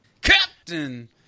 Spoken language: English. Captain